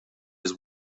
his